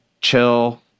chill